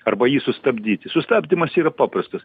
arba jį sustabdyti sustabdymas yra paprastas